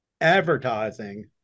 advertising